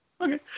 Okay